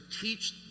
teach